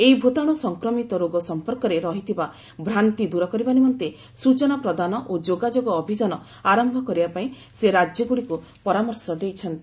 ଏହି ଭୂତାଣୁ ସଂକ୍ରମିତ ରୋଗ ସଂପର୍କରେ ରହିଥିବା ଭ୍ରାନ୍ତି ଦୂର କରିବା ନିମନ୍ତେ ସୂଚନା ପ୍ରଦାନ ଓ ଯୋଗାଯୋଗ ଅଭିଯାନ ଆରୟ କରିବା ପାଇଁ ସେ ରାଜ୍ୟଗୁଡ଼ିକୁ ପରାମର୍ଶ ଦେଇଛନ୍ତି